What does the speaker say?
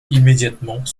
immédiatement